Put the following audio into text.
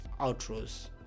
outros